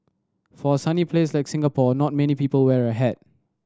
for a sunny place like Singapore not many people wear a hat